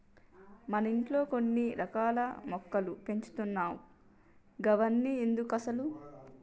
మన ఇంట్లో కొన్ని రకాల మొక్కలు పెంచుతున్నావ్ గవన్ని ఎందుకసలు